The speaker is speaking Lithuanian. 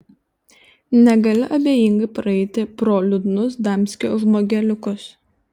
negali abejingai praeiti pro liūdnus damskio žmogeliukus